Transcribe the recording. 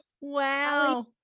wow